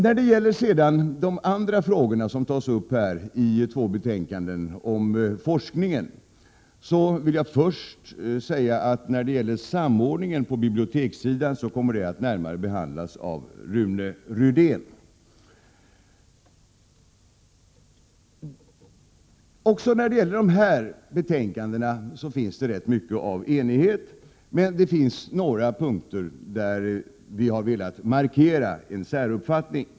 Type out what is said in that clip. När det sedan gäller de andra frågorna, om forskningen, som tas upp i två betänkanden vill jag först säga att samordningen på bibliotekssidan kommer att närmare behandlas av Rune Rydén. Också beträffande de här betänkandena finns det rätt mycket enighet, men på några punkter har vi velat markera en säruppfattning.